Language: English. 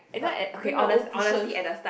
but bring your own cushion